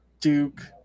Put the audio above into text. Duke